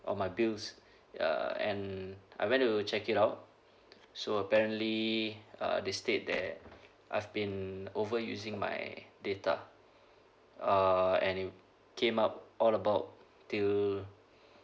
on my bills ya and I went to check it out so apparently uh they state that I've been overusing my data uh and it came up all about till